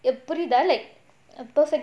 எப்பிடிடா:eppdidaa a perfect date